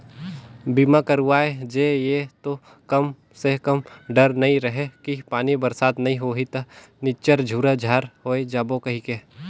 बीमा करवाय जे ये तो कम से कम डर नइ रहें कि पानी बरसात नइ होही त निच्चर झूरा झार होय जाबो कहिके